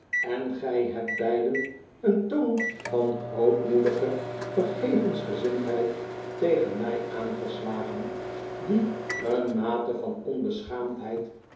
en gij hebt beiden een toon van grootmoedige vergevensgezindheid tegen mij aangeslagen die een mate van onbeschaamdheid